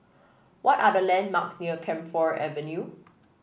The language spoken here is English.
what are the landmark near Camphor Avenue